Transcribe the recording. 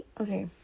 okay